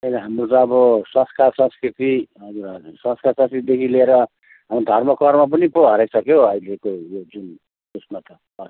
त्यही त हाम्रो त अब संस्कार संस्कृति हजुर हजुर संस्कार संस्कृतिदेखि लिएर हाम्रो धर्म कर्म पनि पो हराइसक्यो अहिलेको जुन उसमा त